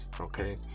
okay